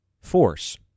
force